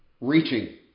reaching